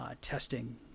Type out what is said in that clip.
testing